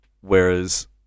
Whereas